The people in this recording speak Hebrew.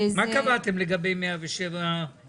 מה קבעתם לגבי 107,000?